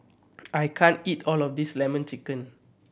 I can't eat all of this Lemon Chicken